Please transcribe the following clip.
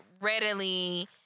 readily